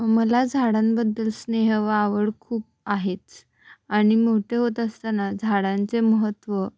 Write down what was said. मला झाडांबद्दल स्नेह व आवड खूप आहेच आणि मोठे होत असताना झाडांचे महत्व